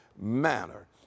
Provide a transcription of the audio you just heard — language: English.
manner